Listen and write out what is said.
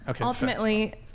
ultimately